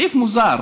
סעיף מוזר